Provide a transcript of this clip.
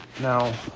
Now